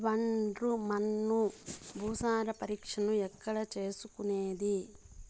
ఒండ్రు మన్ను భూసారం పరీక్షను ఎక్కడ చేసుకునేది?